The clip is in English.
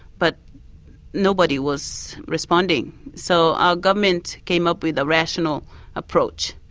but nobody was responding. so our government came up with a rational approach,